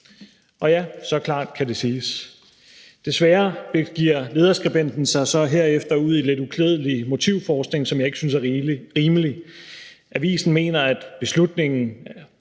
Ja, så klart kan det siges. Desværre begiver lederskribenten sig herefter ud i en lidt uklædelig motivforskning, som jeg ikke synes er rimelig. Avisen mener, at den beslutning,